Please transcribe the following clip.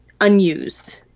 unused